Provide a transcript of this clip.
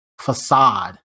facade